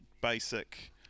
basic